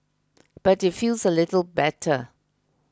but it feels a little better